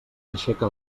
aixeca